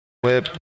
Whip